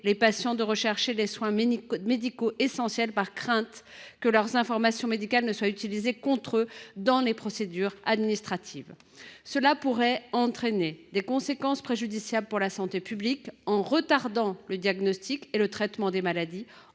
les patients de recourir à des soins médicaux essentiels, par crainte que leurs informations médicales ne soient utilisées contre eux dans des procédures administratives. Cela pourrait avoir des conséquences préjudiciables pour la santé publique, en retardant le diagnostic et le traitement de certaines